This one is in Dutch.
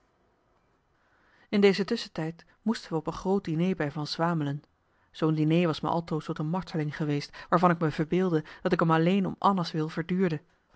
in deze tusschentijd moesten we op een groot dîner bij van swamelen zoo'n dîner was me altoos tot een marteling geweest waarvan ik me verbeeldde dat ik m alleen om anna's wil verduurde